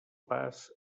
pas